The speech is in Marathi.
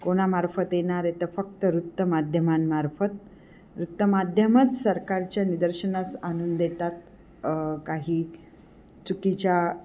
कोणामार्फत येणारे तर फक्त वृत्तमाध्यमांमार्फत वृत्तमाध्यमंच सरकारच्या निदर्शनास आणून देतात काही चुकीच्या